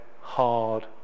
hard